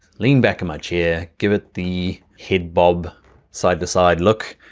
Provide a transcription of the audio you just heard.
lean back in my chair, give it the head bob side to side look.